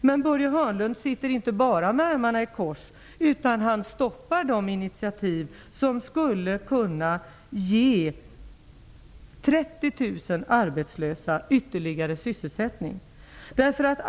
Men Börje Hörnlund sitter inte bara med armarna i kors, utan han stoppar också de initiativ som skulle kunna ge 30 000 arbetslösa ytterligare sysselsättning.